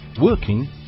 working